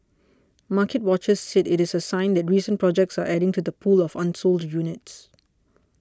market watchers said it's a sign that recent projects are adding to the pool of unsold units